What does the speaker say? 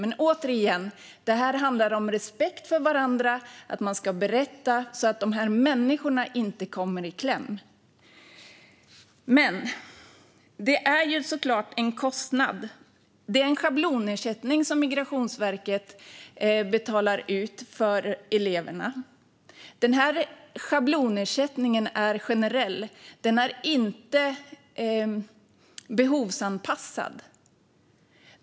Men återigen, det här handlar om respekt för varandra och att man ska berätta så att människor inte kommer i kläm. Det är såklart en kostnad. Migrationsverket betalar ut en schablonersättning för eleverna, och den ersättningen är generell, inte behovsanpassad.